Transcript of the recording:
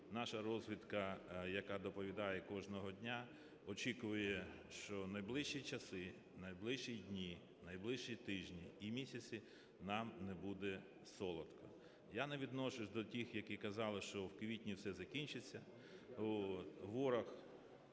наша розвідка, яка доповідає кожного дня, очікує, що в найближчі часи, в найближчі дні, в найближчі тижні і місяці нам не буде солодко. Я не відношуся до тих, які казали, що в квітні все закінчиться.